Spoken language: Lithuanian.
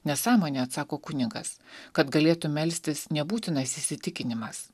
nesąmonė atsako kunigas kad galėtum melstis nebūtinas įsitikinimas